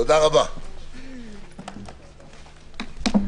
תודה רבה, הישיבה נעולה.